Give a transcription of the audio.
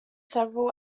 several